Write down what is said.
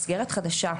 מסגרת חדשה,